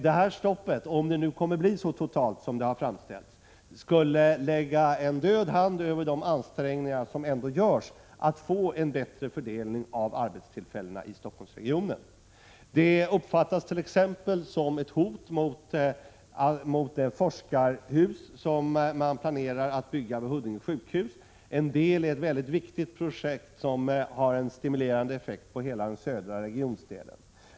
Det här stoppet skulle, om det nu blir så totalt som man har framställt det hela, vara detsamma som att lägga en förlamande hand över de ansträngningar som ändå görs när det gäller att få en bättre fördelning av arbetstillfällena i Stockholmsregionen. Det uppfattas t.ex. som ett hot mot det forskarhus som man planerar att bygga vid Huddinge sjukhus och som utgör en del av ett mycket viktigt projekt som har en mycket stimulerande effekt på hela södra delen av regionen.